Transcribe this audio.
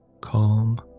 Calm